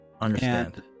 Understand